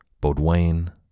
Baudouin